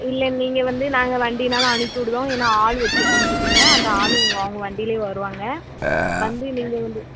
இல்லை நீங்கள் வந்து நாங்கள் வண்டினாலும் அனுப்பி விடுறோம் ஏன்னால் ஆள் வச்சுருக்கோம் பார்த்துக்கோங்க அந்த ஆளும் எங்கே அவங்க வண்டிலேயே வருவாங்க வந்து நீங்கள் வந்து